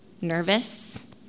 nervous